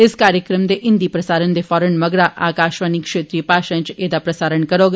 इस कार्जक्रम दे हिन्दी प्रसारण दे तुरत मगरा आकाशवाणी क्षेत्रिय भाषाएं च ऐहदा प्रसारण करौग